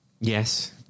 Yes